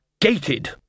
gated